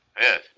Yes